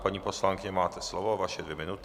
Paní poslankyně, máte slovo, vaše dvě minuty.